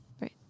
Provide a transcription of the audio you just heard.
Right